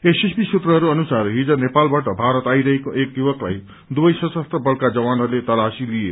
SSB सूत्रहरू अनुसार हिज नेपालबाट भारत आइरहेको एक युवकलाई दुवै सशस्त्र बलका जवानहरूले तलाशी लिए